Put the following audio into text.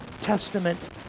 Testament